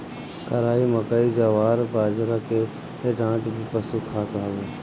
कराई, मकई, जवार, बजरा के डांठ भी पशु खात हवे